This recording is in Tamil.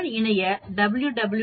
இதனுடன் இணைய www graphpad